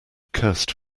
cursed